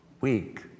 week